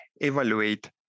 evaluate